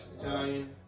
Italian